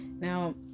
Now